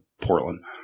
Portland